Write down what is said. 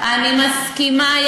אני מסכימה,